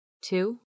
Two